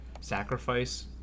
sacrifice